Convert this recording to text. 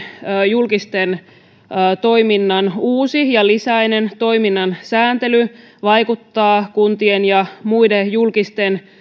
julkisten toimijoiden uusi ja lisätty toiminnan sääntely vaikuttaa kuntien ja muiden julkisten